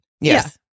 yes